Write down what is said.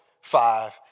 five